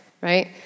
Right